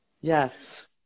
Yes